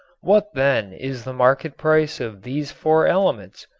what, then, is the market price of these four elements?